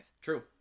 True